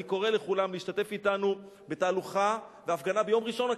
אני קורא לכולם להשתתף אתנו בתהלוכה והפגנה ביום ראשון הקרוב,